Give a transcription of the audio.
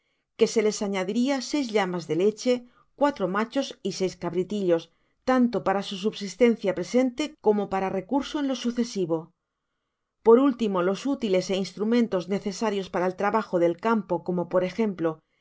que se les añadiría seis llamas de leche cuatro machos y seis cabritillos tanto para su subsistencia presente como para recurso en lo sucesivo por último los útiles é instrumentos necesarios para el trabajo del campo como por ejemplo